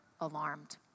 alarmed